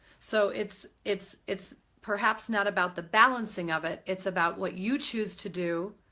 so it's, it's it's perhaps not about the balancing of it, it's about what you choose to do